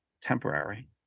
temporary